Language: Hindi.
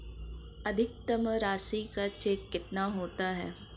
अधिकतम राशि का चेक कितना होता है?